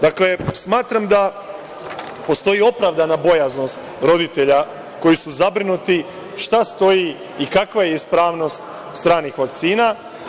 Dakle, smatram da postoji opravdana bojaznost roditelja koji su zabrinuti, šta stoji i kakva je ispravnost stranih vakcina.